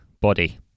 body